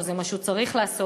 או זה מה שהוא צריך לעשות,